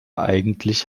eigentlich